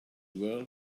world